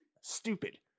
stupid